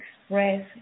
express